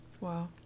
Wow